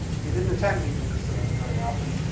he didn't attend meetings very often.